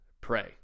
pray